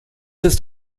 ist